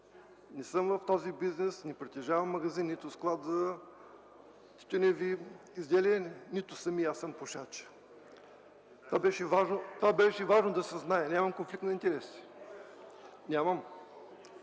Не съм в този бизнес, не притежавам нито магазин, нито склад за тютюневи изделия, нито самият аз съм пушач. Това беше важно да се знае. Нямам конфликт на интереси.